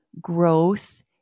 growth